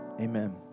amen